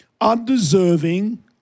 undeserving